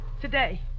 Today